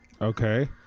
Okay